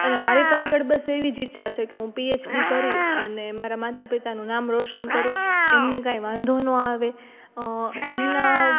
અને મારે તો આગળ બસ એવી જ ઈચ્છા છે કે હું પીએચડી કરી અને મારા માતા પિતાનું નામ રોશન કરું એમને કંઈ વાંધો ન આવે એમનાં